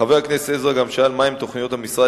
3. חבר הכנסת עזרא שאל גם מהן תוכניות המשרד